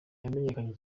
yamenyekanye